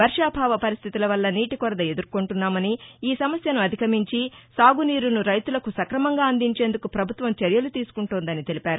వర్షాభావ పరిస్థితులవల్ల నీటికొరత ఎదుర్గొంటున్నామని ఈ సమస్యను అధిగమించి సాగునీరును రైతులకు స్కకమంగా అందించేందుకు ప్రభుత్వం చర్యలు తీసుకుంటోందని తెలిపారు